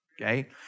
Okay